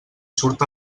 surt